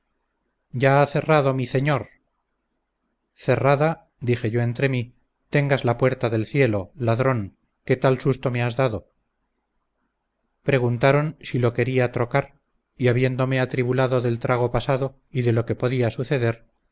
ya ha cerrado mi ceñor cerrada dije yo entre mí tengas la puerta del cielo ladrón que tal susto me has dado preguntaron si lo quería trocar y habiéndome atribulado del trago pasado y de lo que podía suceder